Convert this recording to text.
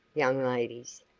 young ladies,